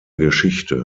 geschichte